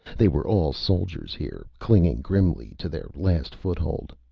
they were all soldiers here, clinging grimly to their last foothold.